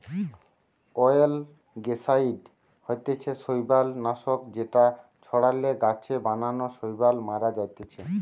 অয়েলগেসাইড হতিছে শৈবাল নাশক যেটা ছড়ালে গাছে নানান শৈবাল মারা জাতিছে